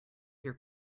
your